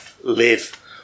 live